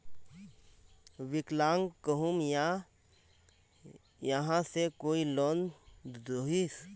विकलांग कहुम यहाँ से कोई लोन दोहिस?